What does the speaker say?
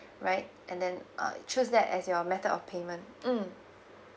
right and then uh choose that as your method of payment mm